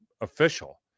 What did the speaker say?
official